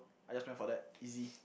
I just went for that easy